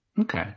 Okay